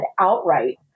outright